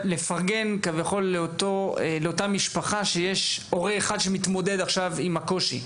לפרגן כביכול לאותה משפחה שיש הורה אחד שמתמודד עכשיו עם הקושי.